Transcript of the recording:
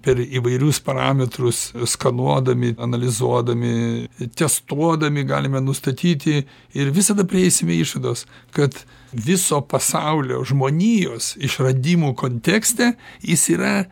per įvairius parametrus skanuodami analizuodami testuodami galime nustatyti ir visada prieisime išvados kad viso pasaulio žmonijos išradimų kontekste jis yra